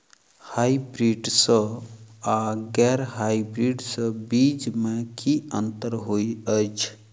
Hybrids आ गैर hybrids बीज म की अंतर होइ अछि?